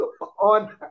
on